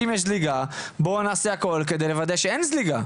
אם יש זליגה בואו נעשה הכל על מנת לוודא שאין זליגה,